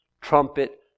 trumpet